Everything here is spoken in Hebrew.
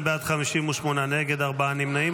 52 בעד, 58 נגד, ארבעה נמנעים.